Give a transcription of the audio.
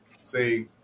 say